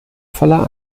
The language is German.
voller